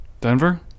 Denver